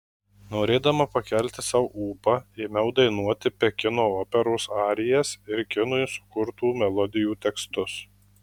norėdama pakelti sau ūpą ėmiau dainuoti pekino operos arijas ir kinui sukurtų melodijų tekstus